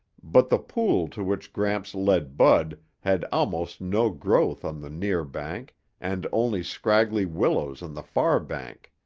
but the pool to which gramps led bud had almost no growth on the near bank and only scraggly willows on the far bank.